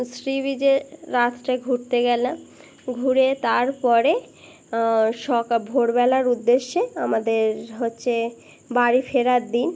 C বিচে রাতটাায় ঘুরতে গেলাম ঘুরে তারপরে সক ভোরবেলার উদ্দেশ্যে আমাদের হচ্ছে বাড়ি ফেরার দিন